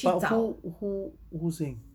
but who who who sing